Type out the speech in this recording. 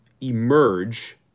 emerge